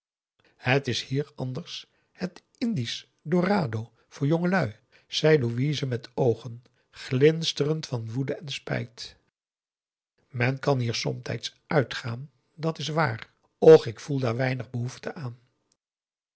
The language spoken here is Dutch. het is hier anders het indisch dorado voor jongelui zei louise met oogen glinsterend van woede en spijt men kan hier somtijds uitgaan dat is waar och ik voel daar weinig behoefte aan